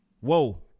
Whoa